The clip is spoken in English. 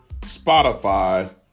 Spotify